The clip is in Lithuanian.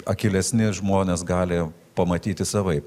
akylesni žmonės gali pamatyti savaip